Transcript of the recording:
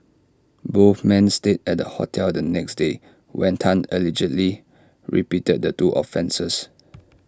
both men stayed at the hotel the next day when Tan allegedly repeated the two offences